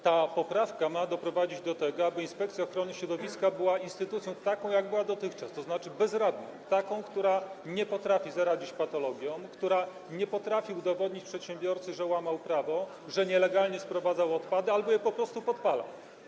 Ta poprawka ma doprowadzić do tego, żeby Inspekcja Ochrony Środowiska była instytucją taką jak dotychczas, tzn. bezradną, taką, która nie potrafi zaradzić patologiom, która nie potrafi udowodnić przedsiębiorcy, że łamał prawo, że nielegalnie sprowadzał odpady albo je po prostu podpalał.